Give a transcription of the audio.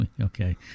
Okay